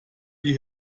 die